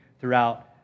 throughout